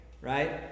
right